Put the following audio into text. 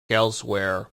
elsewhere